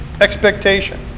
expectation